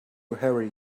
hurry